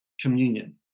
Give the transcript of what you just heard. communion